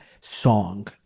song